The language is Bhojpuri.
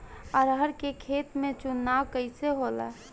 अरहर के खेत के चुनाव कइसे होला?